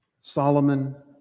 Solomon